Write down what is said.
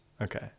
okay